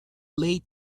late